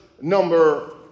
number